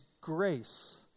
grace